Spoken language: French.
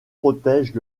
protège